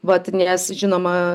vat nes žinoma